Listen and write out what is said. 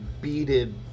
beaded